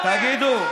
תגידו,